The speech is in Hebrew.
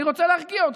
אני רוצה להרגיע אותך.